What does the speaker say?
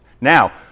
Now